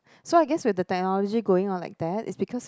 so I guess with the technology going on like that is because